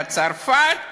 בצרפת?